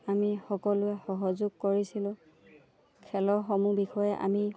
আমি সকলোৱে সহযোগ কৰিছিলোঁ খেলৰসমূহ বিষয়ে আমি